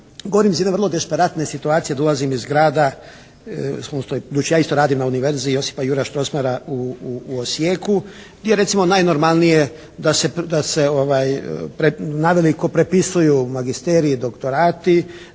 govorim iz jedne vrlo desperatne situacije, dolazim iz grada, budući ja isto radim na Univerziji Josipa Jurja Strossmayera u Osijeku gdje je recimo najnormalnije da se naveliko prepisuju magisteriji i doktorati,